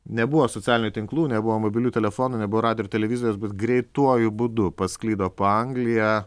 nebuvo socialinių tinklų nebuvo mobilių telefonų nebuvo radijo ir televizijos bet greituoju būdu pasklido po angliją